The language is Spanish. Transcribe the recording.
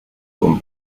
con